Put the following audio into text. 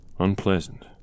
Unpleasant